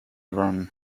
run